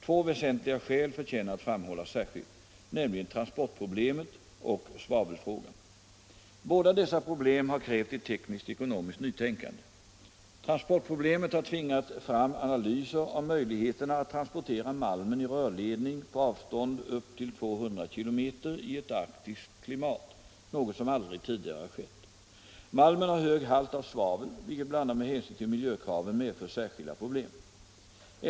Två väsentliga skäl förtjänar att framhållas särskilt, nämligen transportproblemet och svavelfrågan. Båda dessa problem har krävt ett tekniskt-ekonomiskt nytänkande. Transportproblemet har tvingat fram analyser av möjligheterna att transportera malmen i rörledning på avstånd upp till 200 km i ett arktiskt klimat, något som aldrig tidigare skett. Malmen har hög halt av svavel, vilket bl.a. med hänsyn till miljökraven medför särskilda problem.